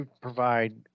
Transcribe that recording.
provide